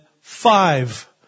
five